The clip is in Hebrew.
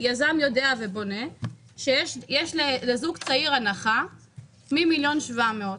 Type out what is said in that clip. יזם יודע שלזוג צעיר יש פטור עד 1.7 מיליון.